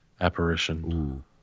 apparition